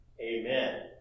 Amen